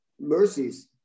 mercies